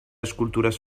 escultures